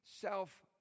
Self